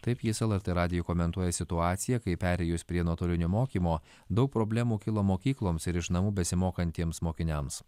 taip jis lrt radijui komentuoja situaciją kai perėjus prie nuotolinio mokymo daug problemų kilo mokykloms ir iš namų besimokantiems mokiniams